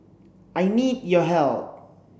I need your help